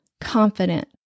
confident